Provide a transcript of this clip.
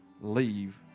leave